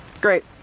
Great